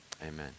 Amen